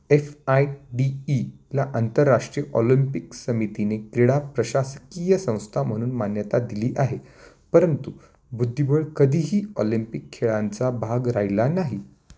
F I D ईला अंतरराष्ट्रीय Olympic समितीने क्रीडा प्रशासकीय संस्था म्हणून मान्यता दिली आहे परंतु बुद्धिबळ कधीही ऑलिम्पिक खेळांचा भाग राहिला नाही